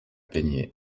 peigné